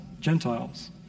Gentiles